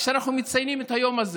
כשאנחנו נציין את היום הזה,